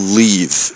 leave